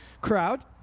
crowd